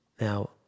Now